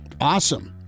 awesome